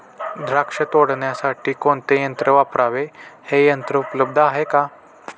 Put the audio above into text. द्राक्ष तोडण्यासाठी कोणते यंत्र वापरावे? हे यंत्र उपलब्ध आहे का?